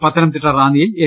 പത്തനംതിട്ട റാന്നിയിൽ എൻ